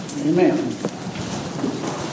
Amen